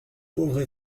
pauvre